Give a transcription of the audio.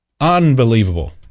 Unbelievable